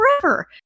forever